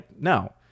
No